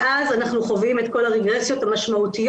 ואז אנחנו חווים את כל הרגרסיות המשמעותיות.